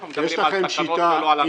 אנחנו מדברים על תקנות ולא על אנשים.